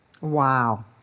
Wow